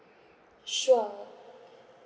sure